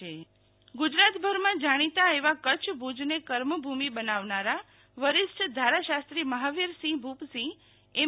શિતલ વૈશ્નવ ધારાશાસ્ત્રી અવસાન ગુજરાતભરમાં જાણીતા એવા કચ્છ ભુજને કર્મભૂમિ બનાવનારા વરિષ્ઠ ધારાશાસ્ત્રી મહાવીરસિંહ ભૂપસિંહ એમ